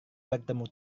bertemu